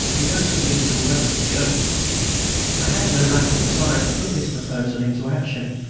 we know some hymns as well as the germans. i had no lack of desire to put this proposal into action,